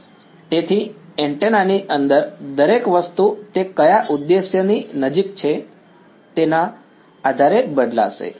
તેથી એન્ટેના ની અંદરની દરેક વસ્તુ તે કયા ઉદ્દેશ્યની નજીક છે તેના આધારે બદલાશે